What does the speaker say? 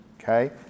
okay